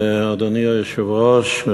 אדוני היושב-ראש,